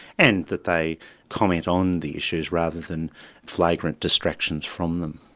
and that they comment on the issues, rather than flagrant distractions from them.